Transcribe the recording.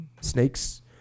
Snakes